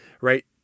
right